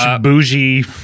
bougie